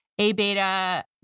A-beta